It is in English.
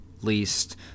least